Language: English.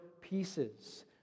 pieces